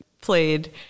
played